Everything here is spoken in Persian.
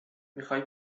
میخای